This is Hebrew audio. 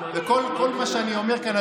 וכל מה שאני אומר כאן,